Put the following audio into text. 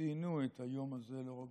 וציינו את היום הזה לא רק